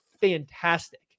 fantastic